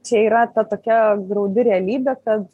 čia yra ta tokia graudi realybė kad